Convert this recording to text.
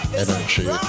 energy